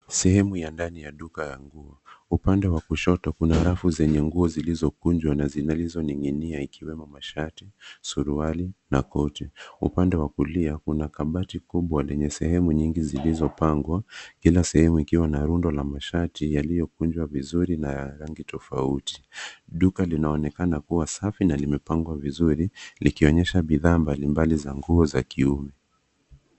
Sehemu ya ndani ya duka ya nguo, upande wa kushoto kuna rafu zenye nguo zilizokunjwa na zinazoning'inia ikiwemo masharti, suruali na koti ,upande wa kulia kuna kabati kubwa lenye sehemu nyingi zilizopangwa kila sehemu ikiwa na rundo la masharti yaliyokunjwa vizuri na rangi tofauti, duka linaonekana kuwa safi na limepangwa vizuri likionyesha bidhaa mbalimbali za nguo za kiume.